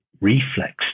reflex